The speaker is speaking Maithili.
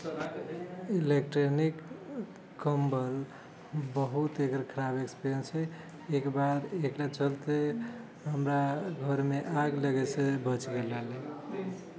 इलेक्ट्रॉनिक कम्बल बहुत एकर खराब इक्स्पिरीयन्स अछि एक बार एकरा चलते हमरा घरमे आगि लगए से बचि गेल रहले